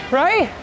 right